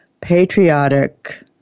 patriotic